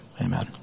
Amen